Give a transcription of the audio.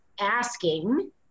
asking